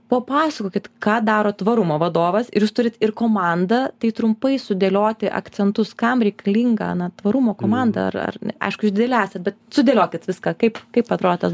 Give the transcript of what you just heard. papasakokit ką daro tvarumo vadovas ir jūs turit ir komandą tai trumpai sudėlioti akcentus kam reikalinga na tvarumo komanda ar ar aiškus jūs dideli esat bet sudėliokit viską kaip kaip atrodo tas